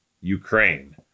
Ukraine